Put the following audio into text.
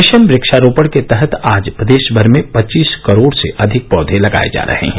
mission वक्षारोपण के तहत आज प्रदेश भर में पच्चीस करोड़ से अधिक पौघे लगाए जा रहे हैं